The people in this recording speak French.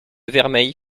vermeil